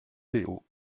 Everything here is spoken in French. théo